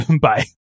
Bye